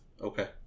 Okay